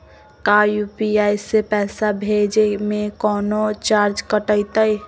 का यू.पी.आई से पैसा भेजे में कौनो चार्ज कटतई?